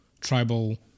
tribal